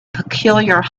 peculiar